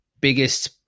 biggest